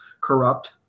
corrupt